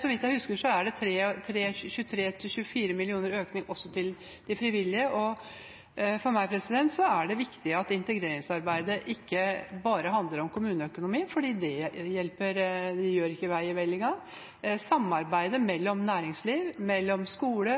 Så vidt jeg husker er det 23–24 mill. kr økning til de frivillige. For meg er det viktig at integreringsarbeidet ikke bare handler om kommuneøkonomi. For det gjør ikke vei i vellinga. Samarbeidet mellom næringsliv, skole,